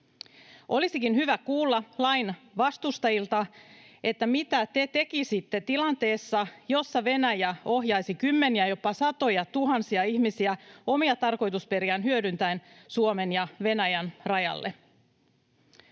Olisikin hyvä kuulla lain vastustajilta, mitä te tekisitte tilanteessa, jossa Venäjä ohjaisi kymmeniä, jopa satoja, tuhansia ihmisiä omia tarkoitusperiään hyödyntäen Suomen ja Venäjän rajalle.